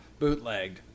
bootlegged